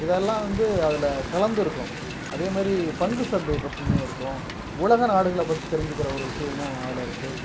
இதெல்லாம் வந்து அதில் கலந்திருக்கும் அதே மாதிரி பங்கு சந்தை பற்றியும் இருக்கும் உலக நாடுகளை பற்றி தெரிஞ்சிக்கிற ஒரு விஷயமும் அதில் இருக்குது